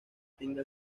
tenga